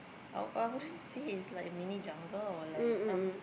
I I wouldn't say is like mini jungle or like some